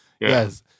Yes